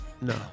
no